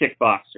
kickboxer